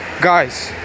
Guys